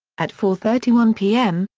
at four thirty one p m,